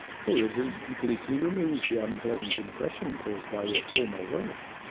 for it has completely removed the unpleasant impression caused by your former words.